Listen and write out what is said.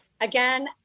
Again